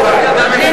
ידנית, רבותי.